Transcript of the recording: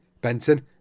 Benton